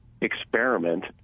experiment